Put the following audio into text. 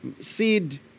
seed